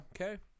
Okay